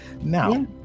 now